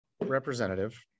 representative